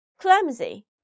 clumsy